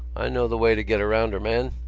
i know the way to get around her, man.